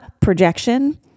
projection